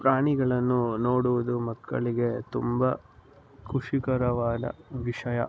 ಪ್ರಾಣಿಗಳನ್ನು ನೋಡುವುದು ಮಕ್ಕಳಿಗೆ ತುಂಬ ಖುಷಿಕರವಾದ ವಿಷಯ